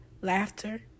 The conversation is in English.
laughter